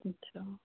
अच्छा